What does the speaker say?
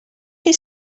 chi